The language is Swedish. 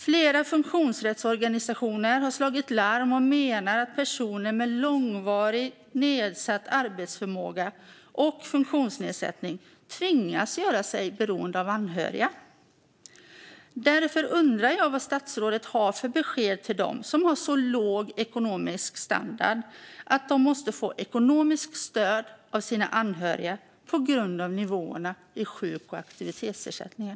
Flera funktionsrättsorganisationer har slagit larm och menar att personer med långvarig nedsatt arbetsförmåga och funktionsnedsättning tvingas göra sig beroende av anhöriga. Därför undrar jag vad statsrådet har för besked till dem som har så låg ekonomisk standard att de måste få ekonomiskt stöd av sina anhöriga på grund av nivåerna i sjuk och aktivitetsersättningen?